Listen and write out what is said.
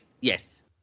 Yes